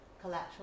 collateral